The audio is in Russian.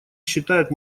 считает